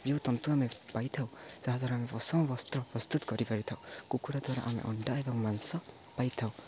ଯେଉଁ ତନ୍ତୁ ଆମେ ପାଇଥାଉ ତାହାଦ୍ୱାରା ଆମେ ପସମ ବସ୍ତ୍ର ପ୍ରସ୍ତୁତ କରିପାରିଥାଉ କୁକୁଡ଼ା ଦ୍ୱାରା ଆମେ ଅଣ୍ଡା ଏବଂ ମାଂସ ପାଇଥାଉ